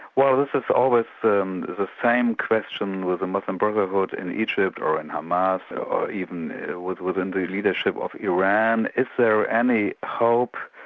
well this is always the um the same question with the muslim brotherhood in egypt, or in hamas or or even within the leadership of iran, is there any hope,